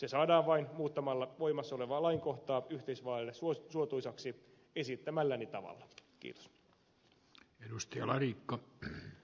se saadaan vain muuttamalla voimassa olevaa lainkohtaa yhteisvaaleille suotuisaksi esittämälläni tavalla